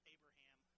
Abraham